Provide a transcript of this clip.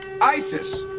ISIS